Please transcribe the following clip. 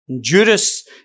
Judas